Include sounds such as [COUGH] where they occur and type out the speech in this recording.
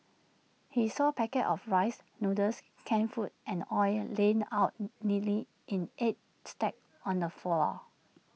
he saw packets of rice noodles canned food and oil laid out [HESITATION] neatly in eight stacks on the floor